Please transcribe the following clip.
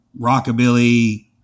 rockabilly